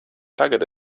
tagad